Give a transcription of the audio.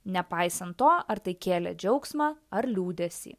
nepaisant to ar tai kėlė džiaugsmą ar liūdesį